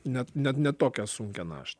net net ne tokią sunkią naštą